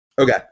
Okay